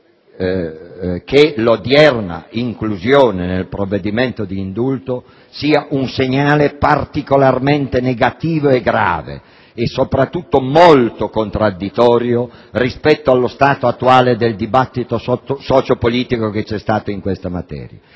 che l'odierna inclusione nel provvedimento di indulto sia un segnale particolarmente negativo e grave e, soprattutto, molto contraddittorio rispetto allo stato attuale del dibattito socio - politico che si è svolto in questa materia.